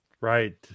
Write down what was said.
Right